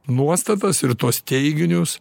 nuostatas ir tuos teiginius